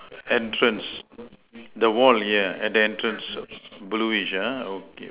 entrance the wall yeah at the entrance blueish ah okay